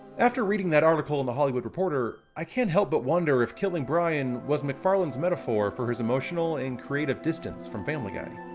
after reading that article in the hollywood reporter, i can't help but wonder, if killing brian was mcfarlane's metaphor for his emotional and creative distance from family guy.